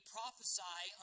Prophesy